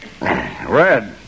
Red